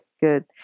Good